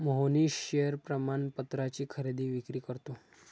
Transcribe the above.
Mohnish share प्रमाणपत्राची खरेदी विक्री करतो